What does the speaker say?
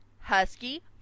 husky